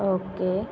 okay